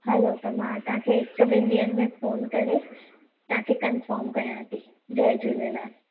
हलो त मां तव्हां खे हिक ॿिनि डींहंनि में फ़ोन करे तव्हां खे कनफम कयां थी जय झूलेलाल